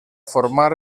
formar